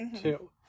two